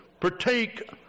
partake